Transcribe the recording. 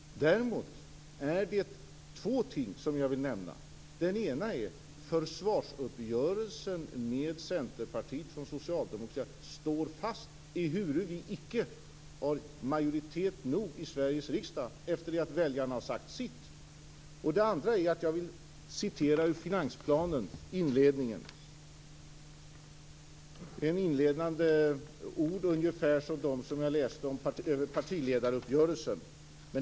Jag vill nämna två ting. Det ena är att försvarsuppgörelsen med Centerpartiet och Socialdemokraterna står fast, ehuru vi icke har majoritet nog i Sveriges riksdag efter det att väljarna har sagt sitt. Jag vill också citera ur finansplanens inledning. Det är några inledande ord, ungefär som dem som jag läste när det gällde partiledaruppgörelsen.